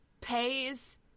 pays